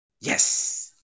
Yes